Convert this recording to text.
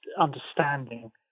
understanding